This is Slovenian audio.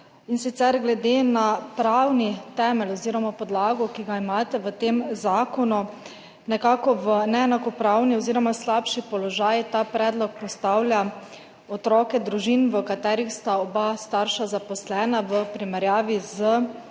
otrok. Glede na pravni temelj oziroma podlago, ki ga imate v tem zakonu, nekako v neenakopravni oziroma slabši položaj ta predlog postavlja otroke družin, v katerih sta oba starša zaposlena, v primerjavi z